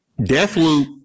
Deathloop